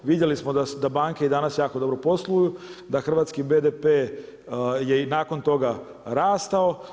Vidjeli smo da banke i danas jako dobro posluju, da hrvatski BDP je i nakon toga rastao.